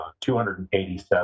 287